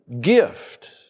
gift